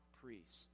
priest